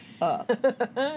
up